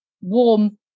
warm